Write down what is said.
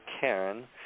Karen